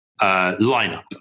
lineup